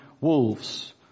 wolves